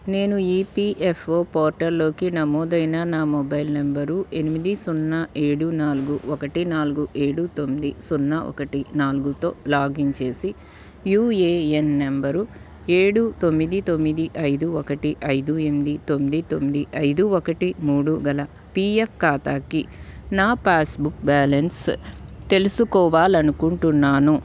నేను ఈపిఎఫ్ఓ పోర్టల్లోకి నమోదైన నా మొబైల్ నెంబరు ఎనిమిది సున్నా ఏడు నాలుగు ఒకటి నాలుగు ఏడు తొంది సున్నా ఒకటి నాలుగుతో లాగిన్ చేసి యూఏఎన్ నెంబరు ఏడు తొమ్మిది తొమ్మిది ఐదు ఒకటి ఐదు ఎనిమిది తొమ్మిది తొమ్మిది ఐదు ఒకటి మూడు గల పిఎఫ్ ఖాతాకి నా పాస్బుక్ బ్యాలెన్స్ తెలుసుకోవాలనుకుంటున్నాను